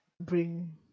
bring